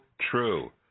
true